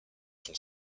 son